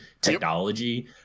technology